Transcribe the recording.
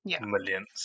millions